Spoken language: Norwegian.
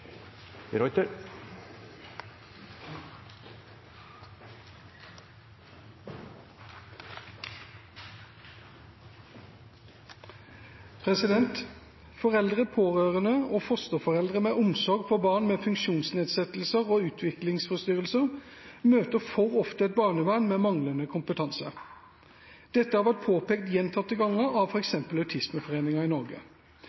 og fosterforeldre med omsorg for barn med funksjonsnedsettelser og utviklingsforstyrrelser møter for ofte et barnevern med manglende kompetanse. Dette har vært påpekt gjentatte ganger av f.eks. Autismeforeningen i Norge.